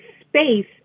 space